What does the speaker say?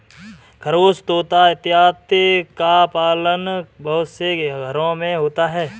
खरगोश तोता इत्यादि का पालन बहुत से घरों में होता है